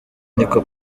niko